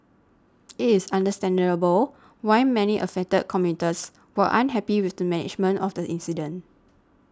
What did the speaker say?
it is understandable why many affected commuters were unhappy with the management of the incident